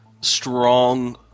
strong